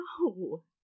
No